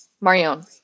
Marion